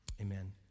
amen